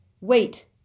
Wait